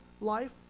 life